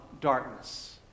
darkness